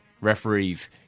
referees